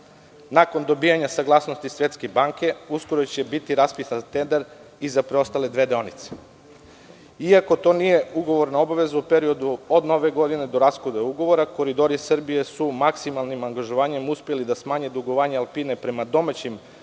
Nakon dobijanja saglasnosti Svetske banke, uskoro će biti raspisan tender i za preostale dve deonice. Iako to nije ugovorna obaveza, u periodu od Nove godine do raskida ugovora, „Koridori Srbije“ su maksimalnim angažovanjem uspeli da smanje dugovanja „Alpine“ prema domaćim proizvođačima